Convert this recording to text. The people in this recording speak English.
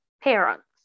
parents